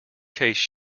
case